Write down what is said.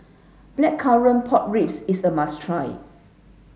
blackcurrant pork ribs is a must try